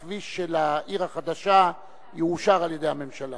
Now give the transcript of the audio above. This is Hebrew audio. הכביש של העיר החדשה יאושר על-ידי הממשלה,